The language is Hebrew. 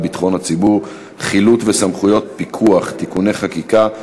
ביטחון הציבור (חילוט וסמכויות פיקוח) (תיקוני חקיקה),